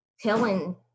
telling